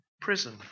prison